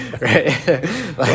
Right